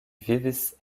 vivis